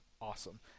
awesome